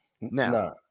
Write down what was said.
Now